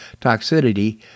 toxicity